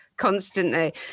constantly